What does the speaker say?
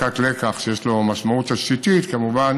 הפקת לקח שיש לו משמעות תשתיתית, כמובן